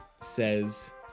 says